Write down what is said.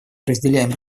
разделяем